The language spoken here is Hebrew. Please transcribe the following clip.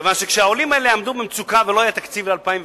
כיוון שכשהעולים האלה היו במצוקה ולא היה תקציב ל-2009